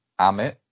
Amit